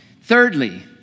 Thirdly